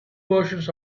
versions